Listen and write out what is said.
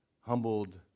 humbled